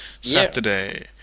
Saturday